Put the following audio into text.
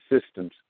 systems